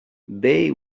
they